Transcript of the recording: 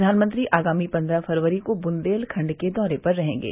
प्रबानमंत्री आगामी पन्द्रह फरवरी को बुन्देलखंड के दौरे पर रहेंगे